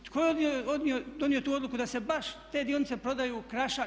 Tko je donio tu odluku da se baš te dionice prodaju Krašu?